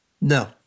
No